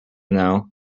know